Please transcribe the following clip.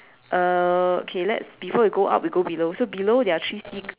uh okay let's before we go up we go below so below there are actually seag~